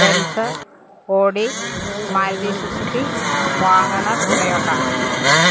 Benz Audi Maruti Suzuki WagonR Toyota